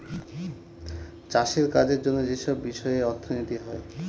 চাষের কাজের জন্য যেসব বিষয়ে অর্থনীতি হয়